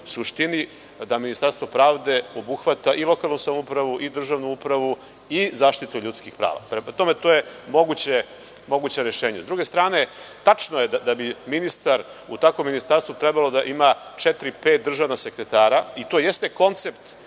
suštini. Ministarstvo pravde obuhvata i lokalnu samoupravu i državnu upravu i zaštitu ljudskih prava. Prema tome, to je moguće rešenje.S druge strane, tačno je da bi ministar u takvom ministarstvu trebalo da ima četiri, pet državna sekretara i to jeste koncept